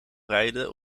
rijden